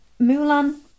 Mulan